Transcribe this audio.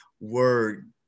word